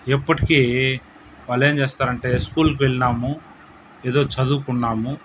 ఎప్పటికీ వాళ్ళు ఏం చేస్తారంటే స్కూల్కి వెళ్లినాము ఏదో చదువుకున్నాము